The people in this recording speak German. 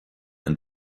ein